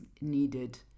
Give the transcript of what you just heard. needed